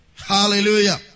Hallelujah